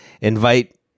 invite